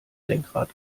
lenkrad